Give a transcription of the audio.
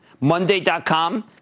Monday.com